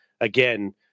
again